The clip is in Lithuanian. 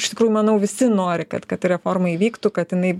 iš tikrųjų manau visi nori kad kad reforma įvyktų kad jinai